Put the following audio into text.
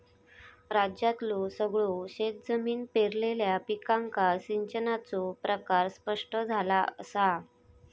राज्यातल्यो सगळयो शेतजमिनी पेरलेल्या पिकांका सिंचनाचो प्रकार स्पष्ट झाला असा